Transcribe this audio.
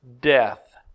death